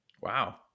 wow